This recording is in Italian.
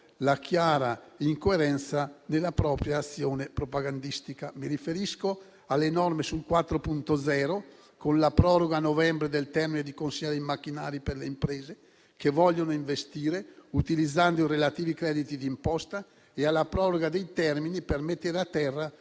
la chiara incoerenza della propria azione propagandistica. Mi riferisco alle norme sul 4.0, con la proroga a novembre del termine di consegna dei macchinari per le imprese che vogliono investire utilizzando i relativi crediti di imposta, e alla proroga dei termini per mettere a terra